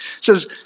says